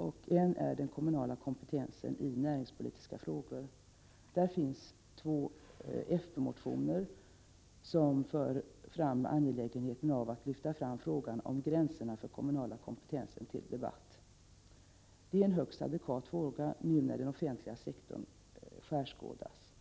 En av dessa punkter är den kommunala kompetensen i näringspolitiska frågor. I detta sammanhang finns två folkpartimotioner som framhåller angelägenheten av att lyfta fram frågan om gränserna för den kommunala kompetensen till debatt. Det är en högst adekvat fråga nu när den offentliga sektorn skärskådas.